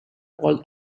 all